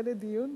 לדיון?